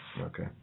Okay